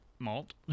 malt